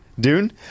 Dune